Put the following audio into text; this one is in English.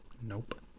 nope